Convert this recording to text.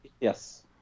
yes